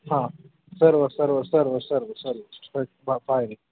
हां सर्व सर्व सर्व सर्व सर्व पा पाहणे